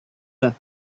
that